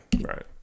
right